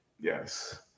yes